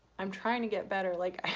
i'm trying to get better. like